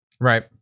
Right